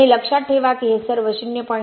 आणि लक्षात ठेवा की हे सर्व 0